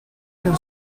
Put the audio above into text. can